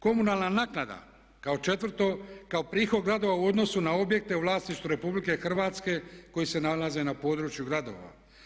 Komunalna naknada kao 4., kao prihod gradova u odnosu na objekte u vlasništvu RH koji se nalaze na području gradova.